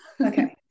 Okay